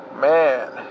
man